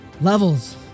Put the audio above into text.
levels